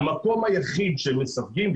המקום היחיד שמסווגים,